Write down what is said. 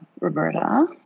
Roberta